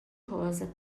rosa